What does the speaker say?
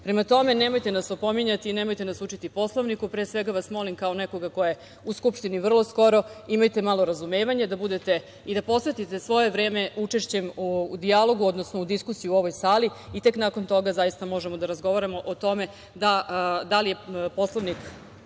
reči. Prema tome, nemojte nas opominjati i nemojte nas učiti Poslovniku. Pre svega vas molim kao nekoga ko je u Skupštini vrlo skoro, imajte malo razumevanja da budete i da posvetite svoje vreme učešćem u dijalogu, odnosno u diskusiji u ovoj sali i tek nakon toga zaista možemo da razgovaramo o tome da li smo mi